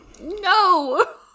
No